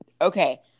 Okay